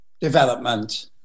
development